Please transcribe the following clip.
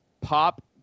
pop